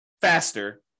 faster